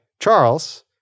Charles